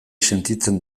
sentitzen